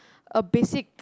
a basic